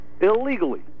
illegally